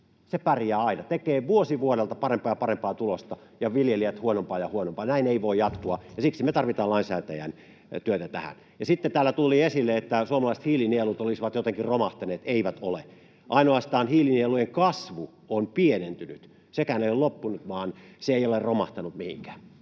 Se pärjää aina, tekee vuosi vuodelta parempaa ja parempaa tulosta, viljelijät huonompaa ja huonompaa. Näin ei voi jatkua, ja siksi me tarvitaan lainsäätäjän työtä tähän. Ja sitten täällä tuli esille, että suomalaiset hiilinielut olisivat jotenkin romahtaneet. Eivät ole. Ainoastaan hiilinielujen kasvu on pienentynyt. Sekään ei ole loppunut — se ei ole romahtanut mihinkään.